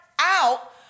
out